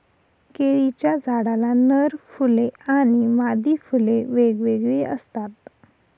केळीच्या झाडाला नर फुले आणि मादी फुले वेगवेगळी असतात